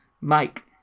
Mike